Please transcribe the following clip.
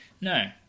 No